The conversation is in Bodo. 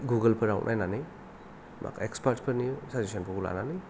गुगोल फोराव नायनानै एक्सपार्थफोरनि साजीसनफोरखौ लानानै